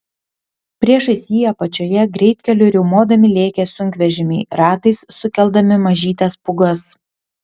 priešais jį apačioje greitkeliu riaumodami lėkė sunkvežimiai ratais sukeldami mažytes pūgas